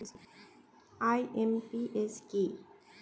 IMPS কি?